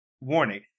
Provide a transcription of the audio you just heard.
warning